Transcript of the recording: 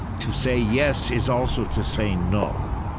to say yes is also to say no.